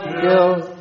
guilt